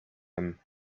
him